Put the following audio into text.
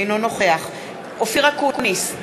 אינו נוכח אופיר אקוניס,